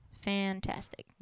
Fantastic